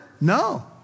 No